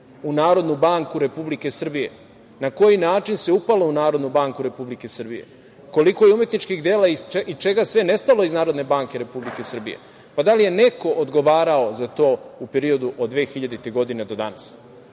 u Narodnu banku Republike Srbije. Na koji način se upalo u Narodnu banku Republike Srbije? Koliko je umetničkih dela i čega sve nestalo iz Narodne banke Republike Srbije? Pa da li je neko odgovarao za to u periodu od 2000. godine do danas?